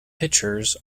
pitchers